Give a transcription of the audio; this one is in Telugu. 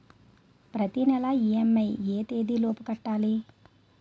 ప్రతినెల ఇ.ఎం.ఐ ఎ తేదీ లోపు కట్టాలి?